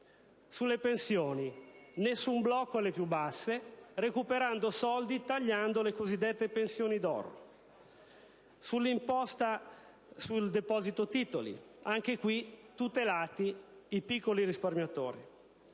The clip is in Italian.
Sulle pensioni: nessun blocco alle più basse, recuperando soldi dal taglio delle cosiddette pensioni d'oro. Sull'imposta sul deposito titoli si tutelano i piccoli risparmiatori.